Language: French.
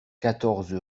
quatorze